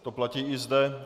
To platí i zde.